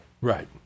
Right